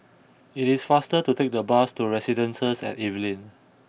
it is faster to take the bus to Residences at Evelyn